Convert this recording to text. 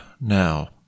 now